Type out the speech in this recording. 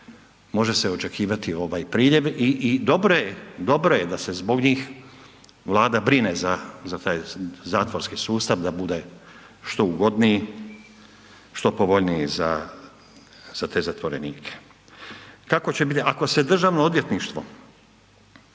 može se očekivati priljev i dobro je da se zbog njih Vlada brine za taj zatvorski sustav da bude što ugodniji, što povoljniji za te zatvorenike. Kako će biti ako se Državno odvjetništvo